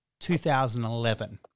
2011